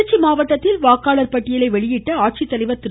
திருச்சி மாவட்டத்தில் வாக்காளர் பட்டியலை வெளியிட்ட ஆட்சித் தலைவர் திரு